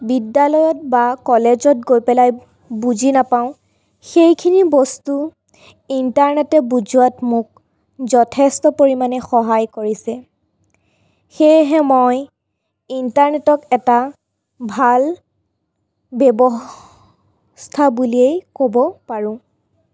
বিদ্য়ালয়ত বা কলেজত গৈ পেলাই বুজি নাপাওঁ সেইখিনি বস্তু ইণ্টাৰনেটে বুজোৱাত মোক যথেষ্ট পৰিমাণে সহায় কৰিছে সেয়েহে মই ইণ্টাৰনেটক এটা ভাল ব্য়ৱস্থা বুলিয়েই ক'ব পাৰোঁ